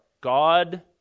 God